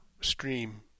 stream